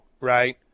right